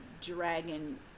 dragon